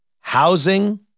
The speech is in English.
housing